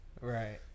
Right